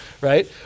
right